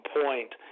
point